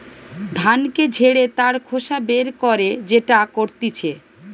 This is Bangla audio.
ধানকে ঝেড়ে তার খোসা বের করে যেটা করতিছে